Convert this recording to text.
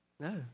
No